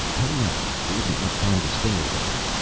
hurry up. there isn't much time to spare, yank!